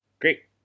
Great